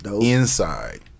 inside